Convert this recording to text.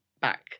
back